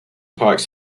parks